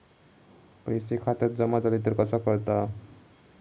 पैसे खात्यात जमा झाले तर कसा कळता?